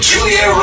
Julia